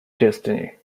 destiny